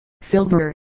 silver